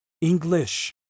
English